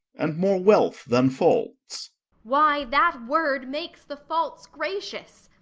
and more wealth than faults why, that word makes the faults gracious.